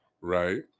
right